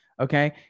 okay